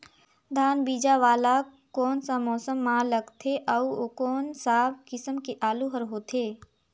धान बीजा वाला कोन सा मौसम म लगथे अउ कोन सा किसम के आलू हर होथे?